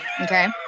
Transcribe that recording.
Okay